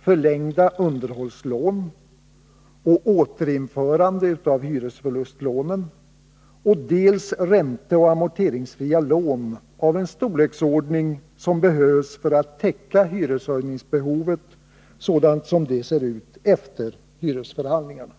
förlängda underhållslån och återinförande av hyresförlustlånen, dels av ränteoch amorteringsfria lån av en storleksordning som behövs för att täcka Nr 29 ”hyreshöjningsbehovet” sådant detta ser ut efter hyresförhandlingarna.